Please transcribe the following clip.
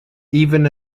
even